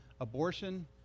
abortion